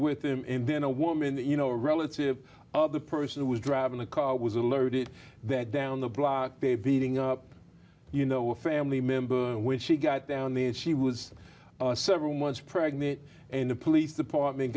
with them and then a woman you know a relative of the person who was driving a car was alerted that down the block they beating up you know a family member when she got down there she was several months pregnant and the police department